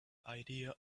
idea